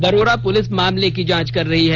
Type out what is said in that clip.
Warora police मामले की जांच कर रही है